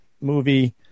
movie